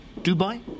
Dubai